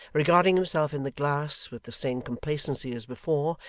regarding himself in the glass with the same complacency as before,